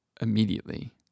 immediately